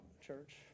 church